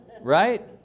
right